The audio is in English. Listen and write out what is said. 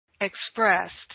expressed